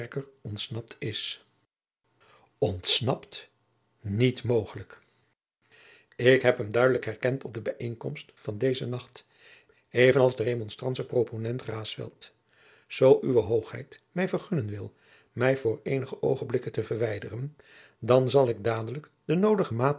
ontsnapt is ontsnapt niet mogelijk ik heb hem duidelijk herkend op de bijeenkomst van deze nacht even als de remonstrantsche proponent raesfelt zoo uwe hoogheid mij vergunnen wil mij voor eenige oogenblikken te verwijderen dan zal ik dadelijk de noodige maatjacob